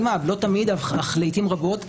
לא תמיד אך לעתים רבות.